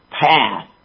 path